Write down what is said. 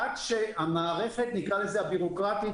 רק שהמערכת הבירוקרטית,